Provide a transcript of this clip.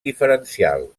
diferencial